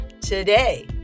today